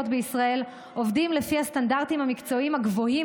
בישראל עובדים לפי הסטנדרטים המקצועיים הגבוהים